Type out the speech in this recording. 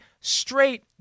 straight